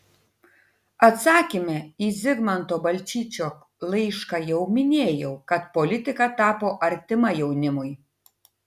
atsakyme į zigmanto balčyčio laišką jau minėjau kad politika tapo artima jaunimui